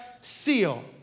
seal